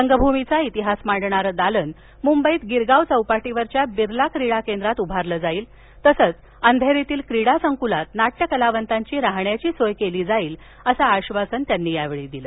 रंगभूमीचा इतिहास मांडणारं दालन मुंबईत गिरगाव चोपाटीवरील बिर्ला क्रीडा केंद्रात उभारलं जाईल तसंच बंघेरीतील क्रीडा संकुलात नाठ्य कलावंताची राहण्याची सोय केली जाईल असं आश्वासन त्यांनी यावेळी दिलं